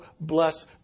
bless